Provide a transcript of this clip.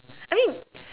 I mean